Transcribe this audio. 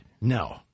No